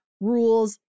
rules